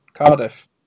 Cardiff